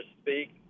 speak